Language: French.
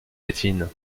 latine